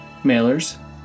mailers